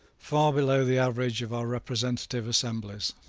far below the average of our representative assemblies.